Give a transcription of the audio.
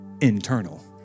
internal